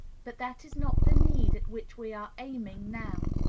but that is not the need at which we are aiming now.